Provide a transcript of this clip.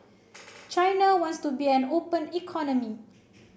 China wants to be an open economy